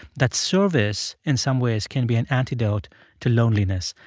that service in some ways can be an antidote to loneliness.